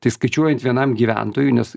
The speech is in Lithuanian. tai skaičiuojant vienam gyventojui nes